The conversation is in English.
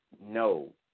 No